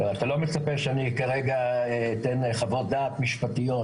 אתה לא מצפה שאני אתן כרגע חוו"ד משפטיות